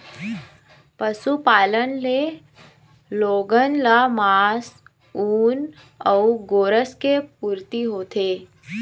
पशुपालन ले लोगन ल मांस, ऊन अउ गोरस के पूरती होथे